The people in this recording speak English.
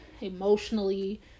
emotionally